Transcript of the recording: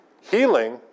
Healing